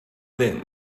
thin